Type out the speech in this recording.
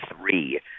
three